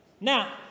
Now